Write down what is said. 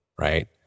right